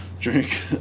drink